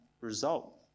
result